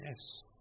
Yes